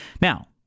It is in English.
Now